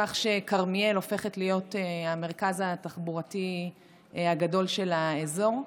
כך שכרמיאל הופכת להיות המרכז התחבורתי הגדול של האזור.